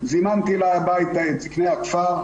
דוד יתן את התכנית ב-high level,